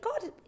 God